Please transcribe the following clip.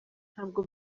ntabwo